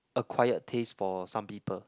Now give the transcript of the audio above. acquired taste for some people